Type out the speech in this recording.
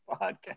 podcast